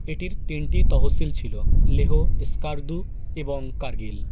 এটির তিনটি তহসিল ছিল লেহ স্কারদু এবং কার্গিল